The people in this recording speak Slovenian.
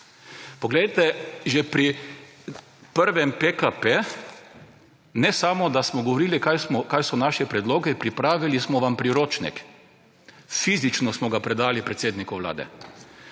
Poglejte, že pri prvem PKP, ne samo da smo govorili, kaj so naši predlogi, pripravili smo vam priročnik. Fizično smo ga predali predsedniku Vlade.